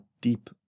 deep